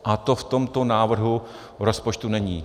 A to v tomto návrhu rozpočtu není.